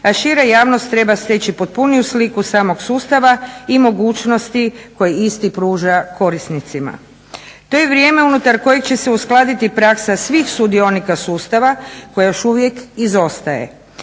a šira javnost treba steći potpuniju sliku samog sustava i mogućnosti koje isti pruža korisnicima. To je vrijeme unutar kojeg će se uskladiti praksa svih sudionika sustava koja još uvijek izostaje.